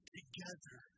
together